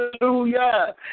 Hallelujah